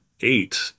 eight